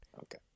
Okay